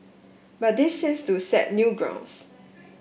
but this seems to set new grounds